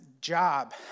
job